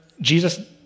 Jesus